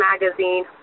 magazine